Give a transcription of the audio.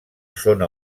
zona